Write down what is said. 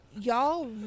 y'all